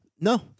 No